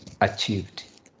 achieved